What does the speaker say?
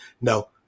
No